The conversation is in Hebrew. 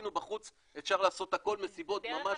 שבחוץ אפשר לעשות הכול, מסיבות, ממש לא.